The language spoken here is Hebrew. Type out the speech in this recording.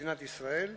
מדינת ישראל,